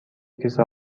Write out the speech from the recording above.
کیسه